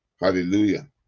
Hallelujah